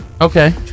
Okay